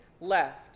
left